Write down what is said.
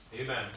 Amen